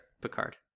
Picard